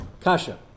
kasha